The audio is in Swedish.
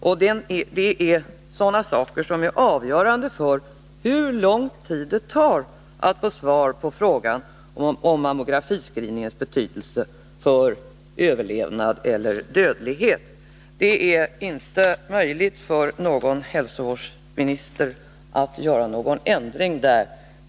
Det är sådana saker som är avgörande för hur lång tid det tar att få svar på frågan om mammografins betydelse för överlevnad eller dödlighet. Det är inte möjligt för en hälsovårdsminister att göra någon ändring därvidlag.